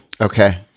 Okay